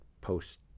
post